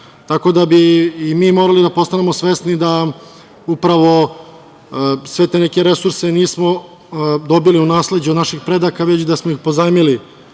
Tako da bi i mogli da postanemo svesni da upravo sve te neke resurse nismo dobili u nasleđe od naših predaka, već da smo ih pozajmili